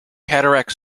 cataract